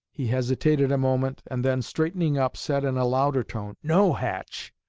he hesitated a moment, and then, straightening up, said in a louder tone no, hatch,